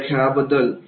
या खेळाबद्दल